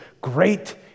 great